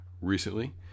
recently